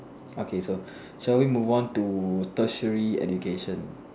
okay so shall we move on to Tertiary education